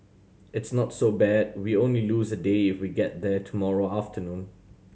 it's not so bad we only lose a day if we get there tomorrow afternoon